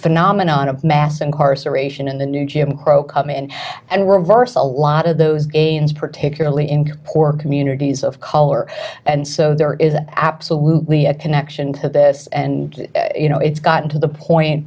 phenomenon of mass incarceration and the new jim crow come in and were a lot of those gains particularly in poor communities of color and so there is absolutely a connection to this and you know it's gotten to the point